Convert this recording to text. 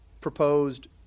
proposed